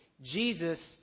Jesus